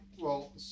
well-